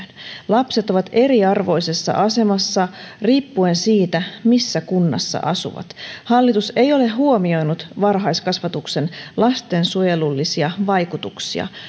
lapset ovat eriarvoisessa asemassa riippuen siitä missä kunnassa asuvat hallitus ei ole huomioinut varhaiskasvatuksen lastensuojelullisia vaikutuksia